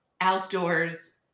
outdoors